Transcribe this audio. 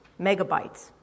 megabytes